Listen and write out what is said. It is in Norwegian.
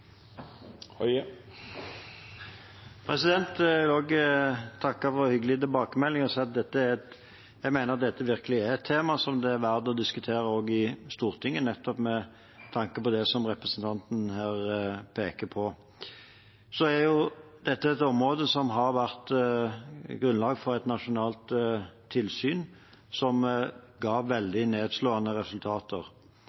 for hyggelig tilbakemelding. Jeg mener dette er et tema som det virkelig er verd å diskutere i Stortinget, nettopp med tanke på det som representanten her peker på. Dette er jo et område som har vært grunnlag for et nasjonalt tilsyn som ga